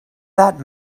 that